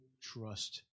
trust